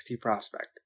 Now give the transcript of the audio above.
prospect